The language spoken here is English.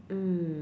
mm